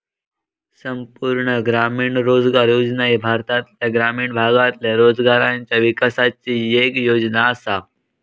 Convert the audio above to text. संपूर्ण ग्रामीण रोजगार योजना ही भारतातल्या ग्रामीण भागातल्या रोजगाराच्या विकासाची येक योजना आसा